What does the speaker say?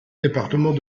département